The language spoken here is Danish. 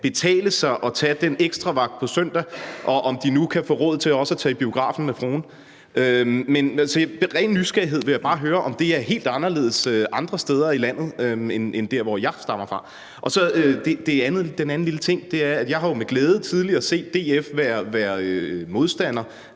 betale sig at tage den ekstra vagt på søndag, og om de nu kan få råd til også at tage i biografen med fruen. Af ren nysgerrighed vil jeg bare høre, om det er helt anderledes andre steder i landet end der, hvor jeg stammer fra. Den anden lille ting er, at jeg jo tidligere med glæde har set DF være modstander